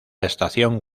estación